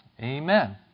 amen